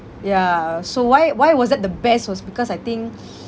ya so why why was that the best was because I think